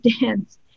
dance